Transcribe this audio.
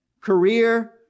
career